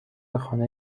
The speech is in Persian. خانه